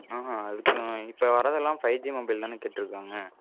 ஆஹான் அதுக்கும் இப்போ வர்றதெல்லாம் ஃபைவ் ஜி மொபைல் தானே கேட்டிருக்காங்க